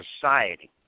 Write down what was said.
society